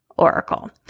Oracle